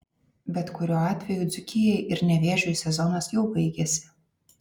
bet kuriuo atveju dzūkijai ir nevėžiui sezonas jau baigėsi